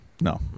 No